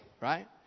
right